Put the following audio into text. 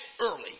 early